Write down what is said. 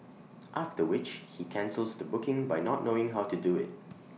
after which he cancels the booking by not knowing how to do IT